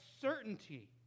certainty